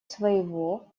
своего